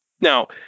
Now